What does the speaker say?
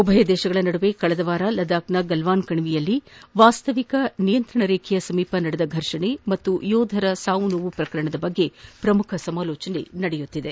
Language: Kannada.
ಉಭಯ ದೇಶಗಳ ನಡುವೆ ಕಳೆದ ವಾರ ಲಡಾಕ್ನ ಗಲ್ವಾನ್ ಕಣಿವೆಯಲ್ಲಿ ವಾಸ್ತಿವಿಕ ನಿಯಂತ್ರಣ ರೇಖೆಯ ಸಮೀಪ ನಡೆದ ಫರ್ಷಣೆ ಹಾಗೂ ಯೋಧರ ಸಾವು ನೋವು ಪ್ರಕರಣ ಕುರಿತಂತೆ ಪ್ರಮುಖ ಸಮಾಲೋಚನೆ ನಿರೀಕ್ವಿತ